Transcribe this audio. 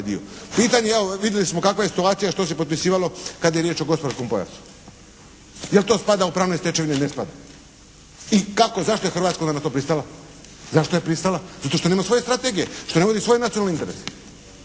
dio. Pitam ja, vidjeli smo kakva je situacija, što se potpisivalo kada je riječ o gospodarskom pojasu. Jel to spada u pravne stečevine? Ne spada. I kako, zašto je Hrvatska onda na to pristala? Zašto je pristala? Zato što nema svoje strategije, što ne vodi svoj nacionalni interes.